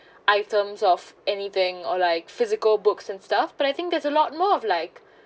items of anything or like physical books and stuff but I think there's a lot more of like